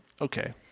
okay